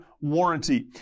warranty